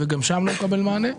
וגם שם לא מקבל מענה.